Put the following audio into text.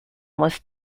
was